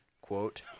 quote